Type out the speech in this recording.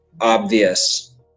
obvious